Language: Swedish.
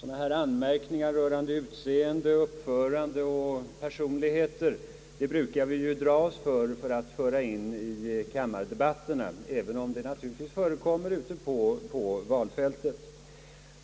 Dylika anmärkningar rörande utseende, uppförande och personlighet brukar vi ju dra oss för att föra in i debatterna, även om de naturligtvis förekommer ute på valfältet.